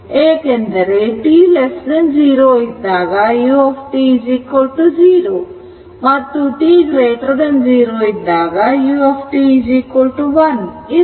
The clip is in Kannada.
ಏಕೆಂದರೆ t0 ಇದ್ದಾಗ u0 ಮತ್ತು t0 ಇದ್ದಾಗ u1 ಇರುತ್ತದೆ